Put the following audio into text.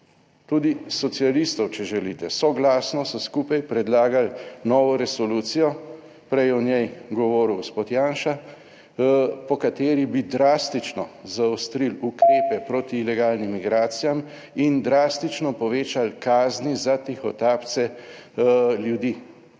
tudi socialistov, če želite, soglasno so skupaj predlagali novo resolucijo, prej je o njej govoril gospod Janša, po kateri bi drastično zaostrili ukrepe proti ilegalnim migracijam in drastično povečali kazni za tihotapce ljudi.